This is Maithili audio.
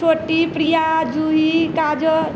छोटी प्रिया जूही काजल